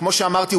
כמו שאמרתי,